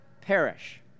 perish